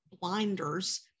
blinders